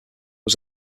was